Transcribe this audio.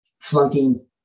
flunking